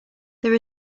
there